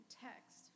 text